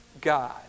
God